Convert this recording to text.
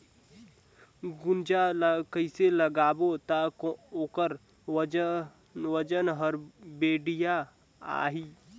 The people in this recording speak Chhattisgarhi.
गुनजा ला कइसे लगाबो ता ओकर वजन हर बेडिया आही?